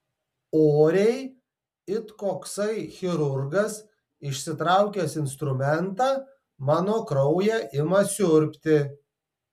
oriai it koksai chirurgas išsitraukęs instrumentą mano kraują ima siurbti